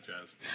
jazz